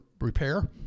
repair